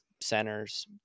Centers